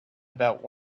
about